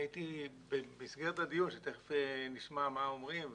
במסגרת הדיון שתכף נשמע מה אומרים,